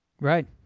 Right